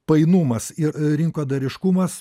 painumas ir rinkodariškumas